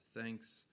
Thanks